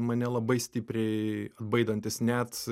mane labai stipriai atbaidantis net